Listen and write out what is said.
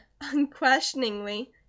unquestioningly